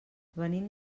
venim